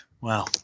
Wow